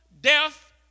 death